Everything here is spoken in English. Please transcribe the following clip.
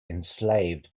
enslaved